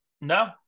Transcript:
no